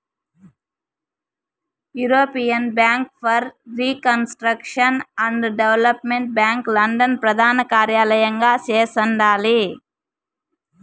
European bank for reconstruction and development bank London ప్రదానకార్యలయంగా చేస్తండాలి